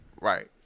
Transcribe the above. Right